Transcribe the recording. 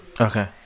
Okay